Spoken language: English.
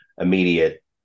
immediate